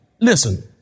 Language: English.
Listen